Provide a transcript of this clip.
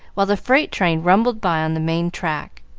while the freight train rumbled by on the main track.